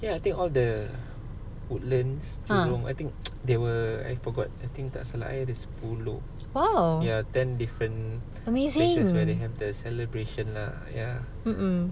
ah !wow! amazing mm mm